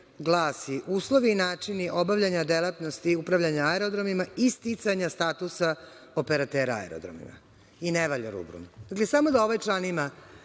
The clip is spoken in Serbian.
glasi: „Uslovi i načini obavljanja delatnosti upravljanja aerodromima i sticanja statusa operatera aerodroma“, i ne valja rubrum. Dakle, samo da ovaj član ima